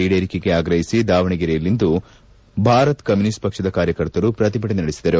ಈಡೇರಿಕೆಗೆ ಆಗ್ರಹಿಸಿ ದಾವಣಗೆರೆಯಲ್ಲಿಂದು ಭಾರತ್ ಕಮ್ಯೂನಿಸ್ಟ್ ಪಕ್ಷದ ಕಾರ್ಯಕರ್ತರು ಪ್ರತಿಭಟನೆ ನಡೆಸಿದರು